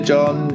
John